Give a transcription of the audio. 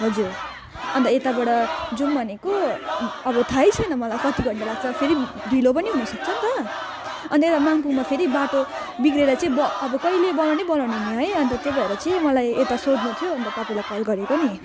हजुर अन्त यताबाट जाऊँ भनेको अब थाहै छैन मलाई कति घन्टा लाग्छ फेरि ढिलो पनि हुनसक्छ नि त अन्त यता मङ्पङ्मा फेरि बाटो बिग्रिएर चाहिँ ब अब कहिले बनाउने बनाउने नि है अन्त त्यही भएर चाहिँ मलाई यता सोध्नु थियो अन्त तपाईँलाई कल गरेको नि